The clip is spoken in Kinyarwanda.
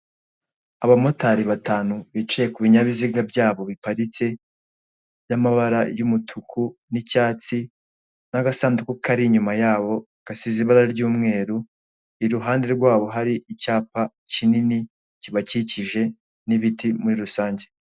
Abamotari batanu bicaye ku binyabiziga byabo biparitse, by'amabara y'umutuku n'icyatsi , n'agasanduku kari inyuma yabo gasize ibara ry'umweru, iruhande rwabo hari icyapa kinini kibakikije n'ibiti muri rusange.